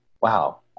wow